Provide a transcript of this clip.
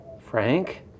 Frank